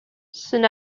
soon